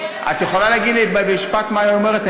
את יכולה לי להגיד לי במשפט מה היא אומרת?